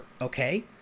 okay